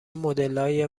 مدلای